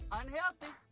unhealthy